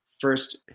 First